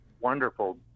wonderful